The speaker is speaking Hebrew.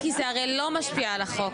הרי, זה לא משפיע על החוק.